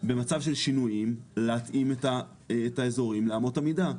במצב של שינויים להתאים את האזורים לאמות המידה.